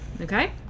Okay